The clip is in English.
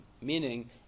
meaning